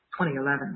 2011